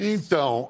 Então